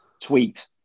tweet